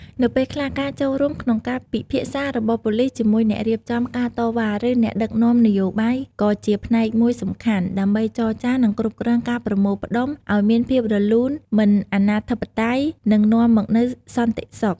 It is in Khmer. នៅពេលខ្លះការចូលរួមក្នុងការពិភាក្សារបស់ប៉ូលីសជាមួយអ្នករៀបចំការតវ៉ា ឬអ្នកដឹកនាំនយោបាយក៏ជាផ្នែកមួយសំខាន់ ដើម្បីចរចា និងគ្រប់គ្រងការប្រមូលផ្តុំឲ្យមានភាពរលូនមិនអាណាធិបតេយ្យ នឹងនាំមកនូវសន្តិសុខ។